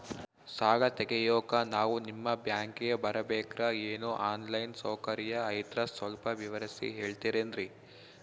ಸಾಲ ತೆಗಿಯೋಕಾ ನಾವು ನಿಮ್ಮ ಬ್ಯಾಂಕಿಗೆ ಬರಬೇಕ್ರ ಏನು ಆನ್ ಲೈನ್ ಸೌಕರ್ಯ ಐತ್ರ ಸ್ವಲ್ಪ ವಿವರಿಸಿ ಹೇಳ್ತಿರೆನ್ರಿ?